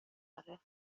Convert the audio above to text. آره